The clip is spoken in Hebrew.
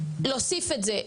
להוסיף את זה,